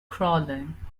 crawling